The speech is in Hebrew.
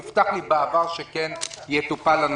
הובטח לי בעבר שהנושא הזה יטופל.